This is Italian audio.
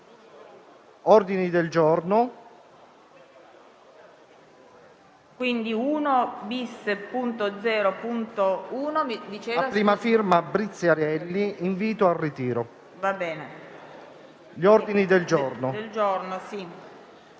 ordini del giorno